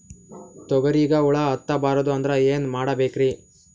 ತೊಗರಿಗ ಹುಳ ಹತ್ತಬಾರದು ಅಂದ್ರ ಏನ್ ಮಾಡಬೇಕ್ರಿ?